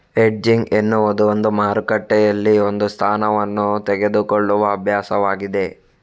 hedging ಎನ್ನುವುದು ಒಂದು ಮಾರುಕಟ್ಟೆಯಲ್ಲಿ ಒಂದು ಸ್ಥಾನವನ್ನು ತೆಗೆದುಕೊಳ್ಳುವ ಅಭ್ಯಾಸವಾಗಿದೆ